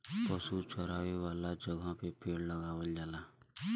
पशु चरावे वाला जगह पे पेड़ लगावल जाला